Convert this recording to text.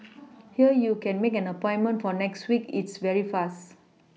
here you can make an appointment for next week it's very fast